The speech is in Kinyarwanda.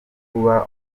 kuba